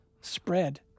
spread